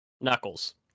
Knuckles